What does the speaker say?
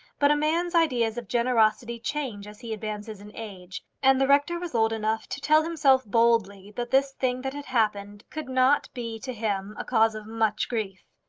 but a man's ideas of generosity change as he advances in age, and the rector was old enough to tell himself boldly that this thing that had happened could not be to him a cause of much grief.